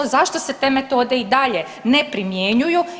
Zašto se te metode i dalje ne primjenjuju?